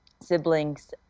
siblings